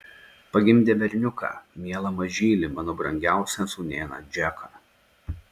pagimdė berniuką mielą mažylį mano brangiausią sūnėną džeką